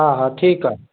हा हा ठीकु आहे